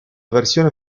versione